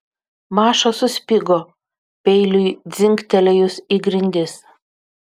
maša suspigo peiliui dzingtelėjus į grindis